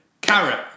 carrot